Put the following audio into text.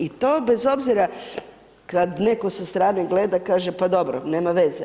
I to bez obzira kad netko sa strane gleda, pa kaže, pa dobro nema veze.